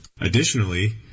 Additionally